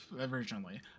originally